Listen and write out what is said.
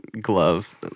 glove